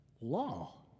law